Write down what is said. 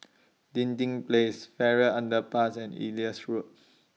Dinding Place Farrer Underpass and Elias Road